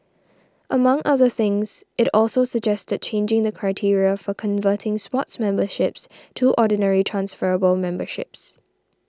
among other things it also suggested changing the criteria for converting Sports memberships to Ordinary transferable memberships